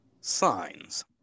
signs